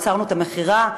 עצרנו את המכירה,